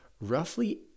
roughly